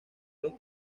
los